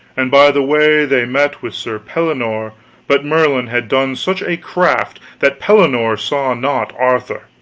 and by the way they met with sir pellinore but merlin had done such a craft that pellinore saw not arthur,